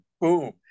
boom